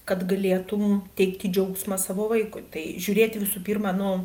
kad galėtum teikti džiaugsmą savo vaikui tai žiūrėti visų pirma nu